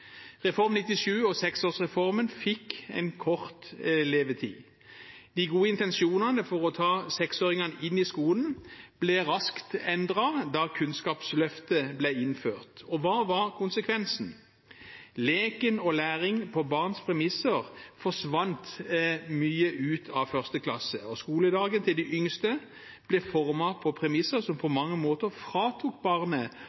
Reform 97 og seksårsreformen fikk en kort levetid. De gode intensjonene med å ta seksåringene inn i skolen ble raskt endret da Kunnskapsløftet ble innført. Og hva var konsekvensen? Leken og læring på barns premisser forsvant mye ut av 1. klasse, og skoledagen til de yngste ble formet på premisser som på mange måter fratok barnet